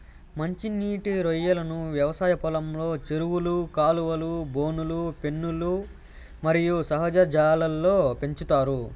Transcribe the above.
మంచి నీటి రొయ్యలను వ్యవసాయ పొలంలో, చెరువులు, కాలువలు, బోనులు, పెన్నులు మరియు సహజ జలాల్లో పెంచుతారు